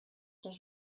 cent